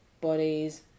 bodies